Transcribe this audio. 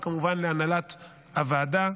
וכמובן להנהלת הוועדה.